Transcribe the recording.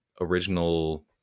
original